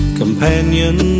companion